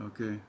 Okay